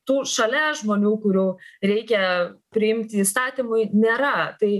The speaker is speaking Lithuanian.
tų šalia žmonių kurių reikia priimti įstatymui nėra tai